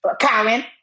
Karen